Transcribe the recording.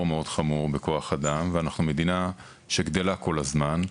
חמור מאוד בכוח אדם ואנחנו מדינה שגדלה כל הזמן,